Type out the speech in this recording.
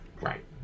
Right